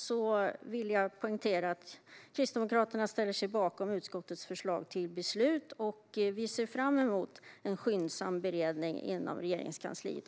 Jag vill poängtera att Kristdemokraterna ställer sig bakom utskottets förslag till beslut och ser fram emot en skyndsam beredning av frågan inom Regeringskansliet.